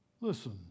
Listen